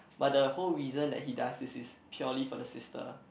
but the whole reason that he does this is purely for the sister